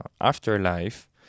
afterlife